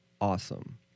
awesome